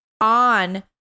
on